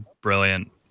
Brilliant